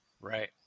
Right